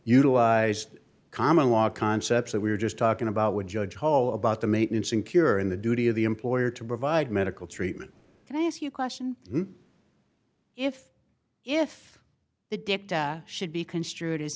utilize common law concepts that we're just talking about with judge hall about the maintenance and cure in the duty of the employer to provide medical treatment and i ask you question if if the dicta should be construed as